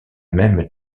même